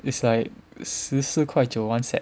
it's like 十四块九 one set